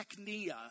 technia